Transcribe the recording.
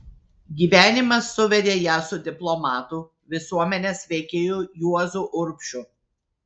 gyvenimas suvedė ją su diplomatu visuomenės veikėju juozu urbšiu